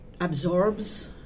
absorbs